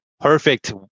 perfect